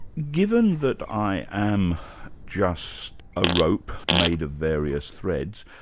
given that i am just a rope made of various threads,